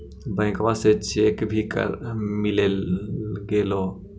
बैंकवा से चेक भी मिलगेलो?